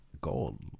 gold